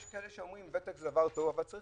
יש שאומרים שוותק זה טוב אבל צריך